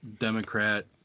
Democrat